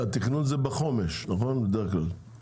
התכנון זה בחומש, בדרך כלל, נכון?